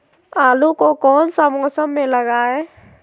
आलू को कौन सा मौसम में लगाए?